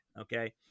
okay